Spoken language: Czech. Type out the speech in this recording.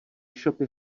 shopy